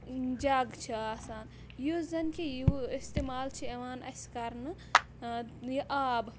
جَگ چھِ آسان یُس زَن کہِ یہِ اِستعمال چھِ یِوان اَسہِ کَرنہٕ یہِ آب